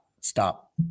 Stop